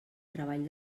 treball